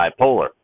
bipolar